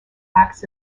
acts